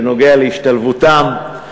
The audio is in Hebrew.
בנוגע להשתלבותם.